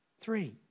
three